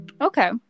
okay